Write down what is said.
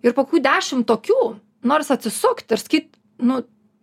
ir po kokių dešimt tokių noris atsisukt ir sakyt nu